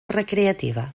recreativa